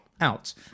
out